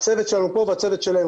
הצוות שלנו פה והצוות שלהם.